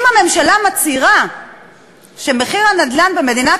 אם הממשלה מצהירה שמחיר הנדל"ן במדינת